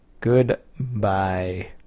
goodbye